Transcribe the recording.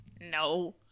No